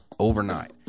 overnight